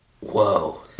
Whoa